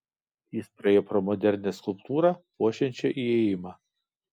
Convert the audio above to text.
jis praėjo pro modernią skulptūrą puošiančią įėjimą